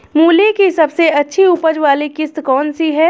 मूली की सबसे अच्छी उपज वाली किश्त कौन सी है?